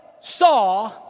saw